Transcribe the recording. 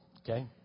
okay